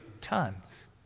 tons